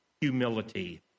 humility